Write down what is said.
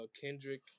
Kendrick